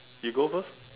you go first